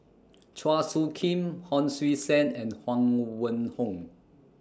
Chua Soo Khim Hon Sui Sen and Huang Wenhong